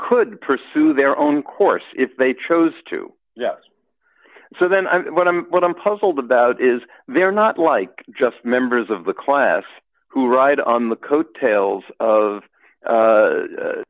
could pursue their own course if they chose to yes so then what i'm what i'm puzzled about is they're not like just members of the class who ride on the coattails of